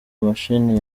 imashini